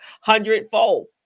hundredfold